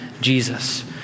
Jesus